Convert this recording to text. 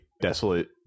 desolate